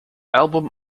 album